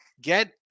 Get